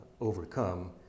overcome